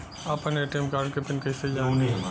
आपन ATM card के PIN कईसे जानी?